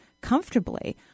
comfortably